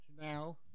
now